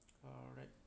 correct